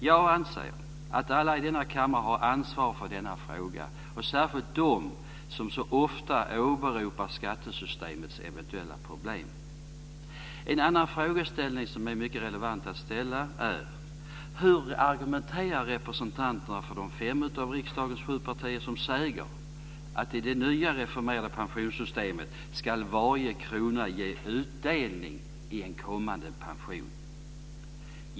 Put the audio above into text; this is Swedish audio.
Jag anser att alla i denna kammare har ansvar för denna fråga, särskilt de som ofta åberopar skattesystemets eventuella problem. I detta sammanhang finns en fråga som är mycket relevant att ställa: Hur argumenterar representanterna för de fem av riksdagens sju partier som säger att i det nya reformerade pensionssystemet ska varje krona ge utdelning i en kommande pension?